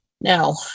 now